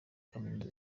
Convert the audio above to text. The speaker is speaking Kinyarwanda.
kaminuza